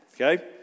Okay